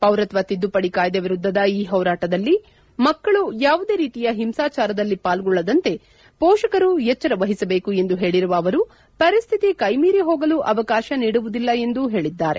ಪೌರತ್ವ ತಿದ್ಬುಪಡಿ ಕಾಯ್ದೆ ವಿರುದ್ಧದ ಈ ಹೋರಾಟದಲ್ಲಿ ಮಕ್ಕಳು ಯಾವುದೇ ರೀತಿಯ ಒಂಸಾಚಾರದಲ್ಲಿ ಪಾಲ್ಗೊಳ್ಳದಂತೆ ಮೋಷಕರು ಎಚ್ವರ ಮಹಿಸಬೇಕು ಎಂದು ಹೇಳಿರುವ ಅವರು ಪರಿಸ್ಥಿತಿ ಕೈಮೀರಿ ಹೋಗಲು ಅವಕಾಶ ನೀಡುವುದಿಲ್ಲ ಎಂದೂ ಹೇಳಿದ್ದಾರೆ